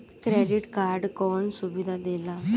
Credit card कौन सुबिधा देला?